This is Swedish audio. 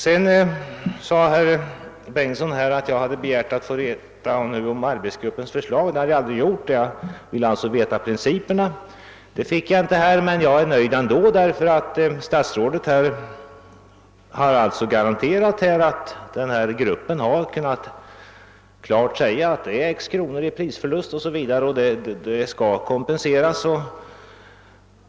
Statsrådet Bengtsson sade att jag hade begärt att få reda på arbetsgruppens förslag. Det har jag aldrig gjort. Jag ville få reda på principerna. Det har jag inte fått, men jag är nöjd ändå, eftersom statsrådet nu har garanterat att arbetsgruppen klart sagt ifrån att den prisförlust som uppstår för jordbrukarna skall kompenseras.